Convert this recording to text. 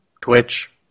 Twitch